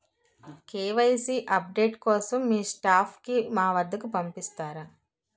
KYC update కోసం మీ staff ని మా వద్దకు పంపిస్తారా?